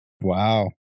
wow